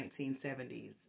1970s